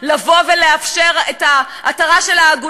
ידעו גם לתת לה יד ברגע המצוקה הקשה שלה,